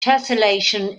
tesselation